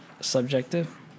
Subjective